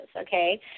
okay